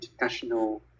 international